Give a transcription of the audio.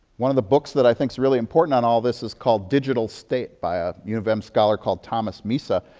one of the books that i thinkis really important on all this is called digital state by a u of m scholar called thomas misa.